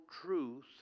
truth